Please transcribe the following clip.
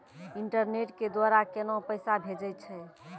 Internet के द्वारा केना पैसा भेजय छै?